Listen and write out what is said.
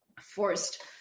forced